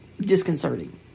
disconcerting